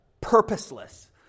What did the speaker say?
purposeless